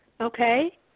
Okay